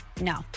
No